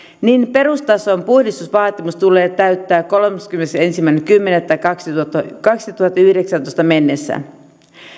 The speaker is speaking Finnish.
niin perustason puhdistusvaatimus tulee täyttää kolmaskymmenesensimmäinen kymmenettä kaksituhattayhdeksäntoista mennessä